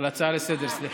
על הצעה לסדר-היום,